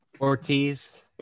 Ortiz